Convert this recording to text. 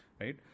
right